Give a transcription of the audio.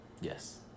Yes